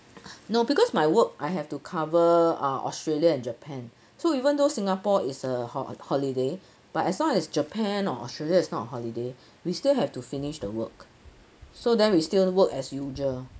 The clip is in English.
no because my work I have to cover ah australia and japan so even though singapore is a ho~ holiday but as long as japan or australia is not a holiday we still have to finish the work so then we still work as usual